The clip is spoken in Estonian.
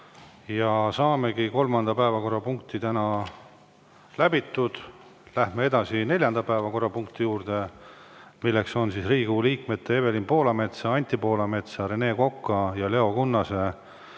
ja saimegi kolmanda päevakorrapunkti läbitud. Läheme edasi neljanda päevakorrapunkti juurde, milleks on Riigikogu liikmete Evelin Poolametsa, Anti Poolametsa, Rene Koka ja Leo Kunnase